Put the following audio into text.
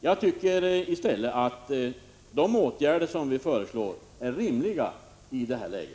Jag tycker att de åtgärder som vi föreslår är rimliga i nuvarande läge.